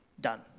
done